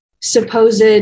supposed